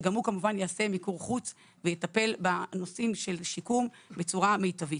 שגם הוא יעשה מיקור חוץ ויטפל בנושאים של שיקום בצורה מיטבית.